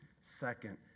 Second